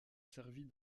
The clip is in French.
servit